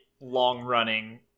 long-running